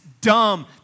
dumb